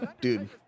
Dude